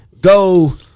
go